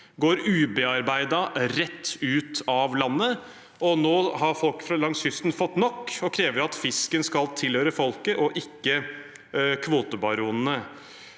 går ubearbeidet rett ut av landet. Nå har folk langs kysten fått nok og krever at fisken skal tilhøre folket og ikke kvotebaronene.